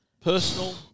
personal